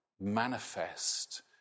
manifest